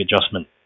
adjustment